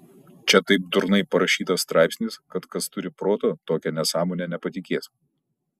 čia taip durnai parašytas straipsnis kad kas turi proto tokia nesąmone nepatikės